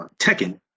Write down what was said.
Tekken